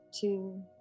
two